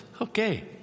okay